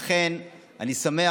לכן אני שמח,